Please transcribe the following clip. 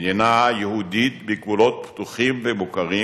מדינה יהודית בגבולות פתוחים ומוכרים